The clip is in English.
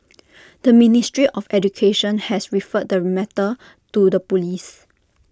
the ministry of education has referred the matter to the Police